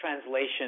translation